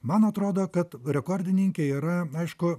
man atrodo kad rekordininkė yra aišku